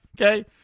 okay